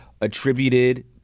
attributed